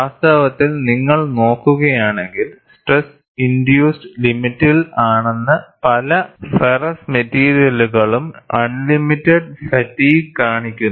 വാസ്തവത്തിൽ നിങ്ങൾ നോക്കുകയാണെങ്കിൽ സ്ട്രെസ് ഇൻഡ്യൂറൻസ് ലിമിറ്റിൽ ആണെന്ന് പല ഫെറസ് മെറ്റീരിയലുകളും അൺലിമിറ്റിഡ് ഫാറ്റിഗ്ഗ് കാണിക്കുന്നു